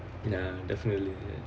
ya definitely